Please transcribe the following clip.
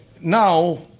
now